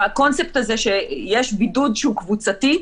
הקונספט הזה שיש בידוד שהוא קבוצתי,